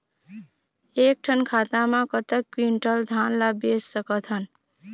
एक ठन खाता मा कतक क्विंटल धान ला बेच सकथन?